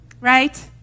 Right